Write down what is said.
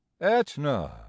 Etna